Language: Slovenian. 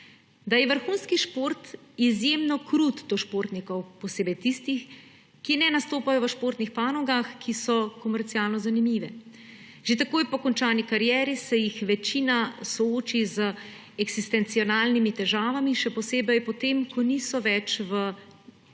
»da je vrhunski šport izjemno krut do športnikov, posebej tistih, ki ne nastopajo v športnih panogah, ki so komercialno zanimive«. Že takoj po končani karieri se jih večina sooči z eksistencialnimi težavami, še posebej potem, ko niso več v soju